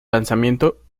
lanzamiento